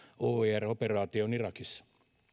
oir operaatioon irakissa